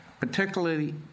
particularly